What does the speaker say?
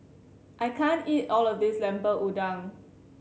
I can't eat all of this Lemper Udang